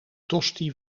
tosti